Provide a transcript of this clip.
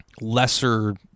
lesser